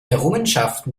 errungenschaften